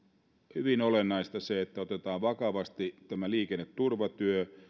hyvin olennaista että otetaan vakavasti liikenneturvatyö